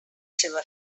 seva